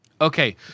Okay